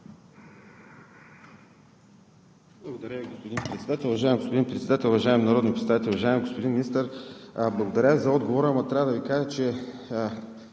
Уважаеми господин Председател, уважаеми народни представители! Уважаеми господин Министър, благодаря за отговора, ама трябва да Ви кажа, че